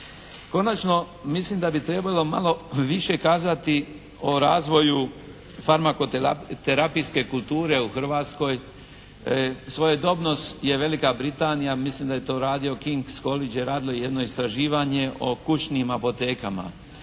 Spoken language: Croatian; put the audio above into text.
Konačno mislim da bi trebalo malo više kazati o razvoju farmakoterapijske kulture u Hrvatskoj. Svojedobno je Velika Britanija, mislim da je to radio …/Govornik se ne razumije./… radilo jedno istraživanje o kućnim apotekama.